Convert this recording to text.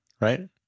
right